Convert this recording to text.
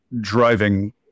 driving